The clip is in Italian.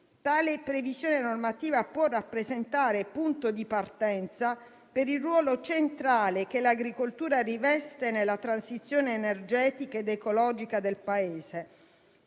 Tale previsione normativa può rappresentare il punto di partenza per il ruolo centrale che l'agricoltura riveste nella transizione energetica ed ecologica del Paese.